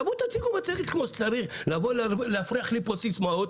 תציגו מצגת כמו שצריך במקום לבוא ולהפריח לי פה סיסמאות.